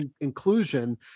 inclusion